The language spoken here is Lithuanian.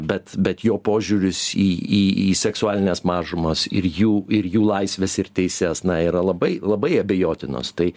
bet bet jo požiūris į į į seksualines mažumas ir jų ir jų laisves ir teises na yra labai labai abejotinos tai